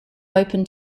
open